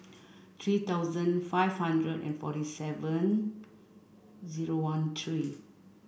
three thousand five hundred and forty seven zero one three